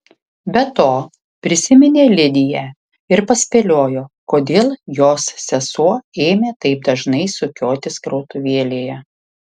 be to prisiminė lidiją ir paspėliojo kodėl jos sesuo ėmė taip dažnai sukiotis krautuvėlėje